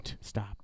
Stop